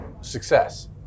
success